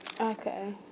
Okay